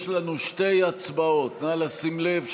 יש לנו שתי הצבעות, נא לשים לב.